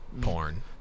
porn